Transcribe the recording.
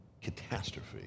catastrophe